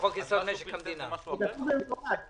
אבל בחוק יסוד: משק המדינה נכתב במפורש שמתוך 14 מיליארד,